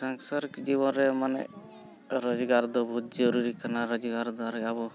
ᱥᱚᱝᱥᱟᱨᱤᱠ ᱡᱤᱵᱚᱱ ᱨᱮ ᱢᱟᱱᱮ ᱨᱳᱡᱽᱜᱟᱨ ᱫᱚ ᱵᱚᱦᱩᱛ ᱡᱚᱨᱩᱨᱤ ᱠᱟᱱᱟ ᱨᱚᱡᱽᱜᱟᱨ ᱫᱚᱣᱟᱨᱟ ᱟᱵᱚ